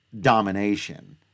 domination